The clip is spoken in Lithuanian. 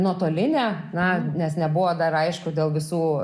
nuotolinė na nes nebuvo dar aišku dėl visų